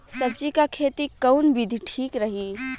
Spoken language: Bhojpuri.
सब्जी क खेती कऊन विधि ठीक रही?